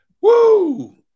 Woo